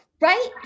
Right